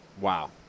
Wow